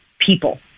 people